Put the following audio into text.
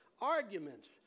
arguments